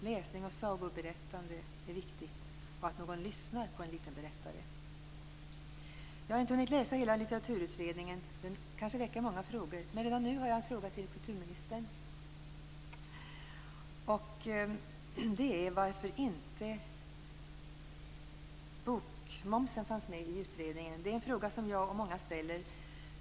Läsning och sagoberättande och att någon lyssnar på en liten berättare är viktigt. Jag har inte hunnit läsa hela litteraturutredningen. Den kanske väcker många frågor, men redan nu har jag en fråga till kulturministern: Varför fanns inte bokmomsen med i utredningen? Det är en fråga som jag och många ställer.